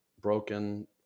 broken